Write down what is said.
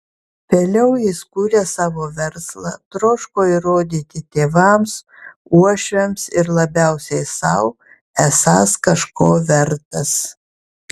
vėliau jis kūrė savo verslą troško įrodyti tėvams uošviams ir labiausiai sau esąs kažko vertas